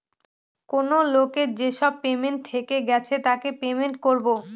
কেনো লোকের যেসব পেমেন্ট থেকে গেছে তাকে পেমেন্ট করবো